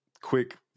quick